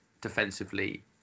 defensively